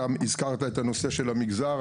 אתה הזכרת את הנושא של המגזר,